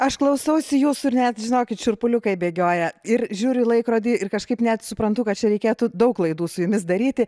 aš klausausi jūsų ir net žinokit šiurpuliukai bėgioja ir žiūriu į laikrodį ir kažkaip net suprantu kad čia reikėtų daug laidų su jumis daryti